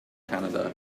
canada